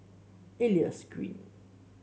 Elias Green